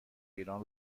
ایران